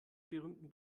berühmten